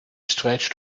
stretch